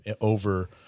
over